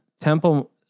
Temple